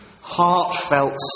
heartfelt